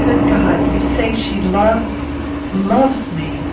good god! you say she loves loves me